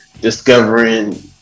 discovering